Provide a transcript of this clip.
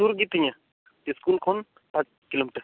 ᱥᱩᱨ ᱜᱮᱛᱤᱧᱟ ᱤᱥᱠᱩᱞ ᱠᱷᱚᱱ ᱯᱟᱸᱪ ᱠᱤᱞᱳᱢᱤᱴᱟᱨ